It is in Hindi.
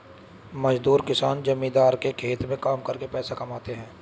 मजदूर किसान जमींदार के खेत में काम करके पैसा कमाते है